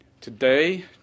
Today